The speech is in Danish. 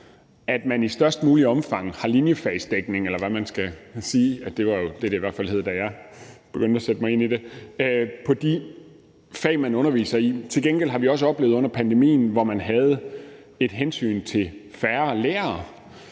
at sætte mig ind i det – på de fag, man underviser i. Til gengæld har man under pandemien, hvor man havde et hensyn til færre lærere